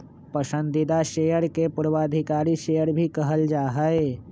पसंदीदा शेयर के पूर्वाधिकारी शेयर भी कहल जा हई